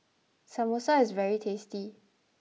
Samosa is very tasty